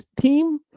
team